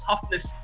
toughness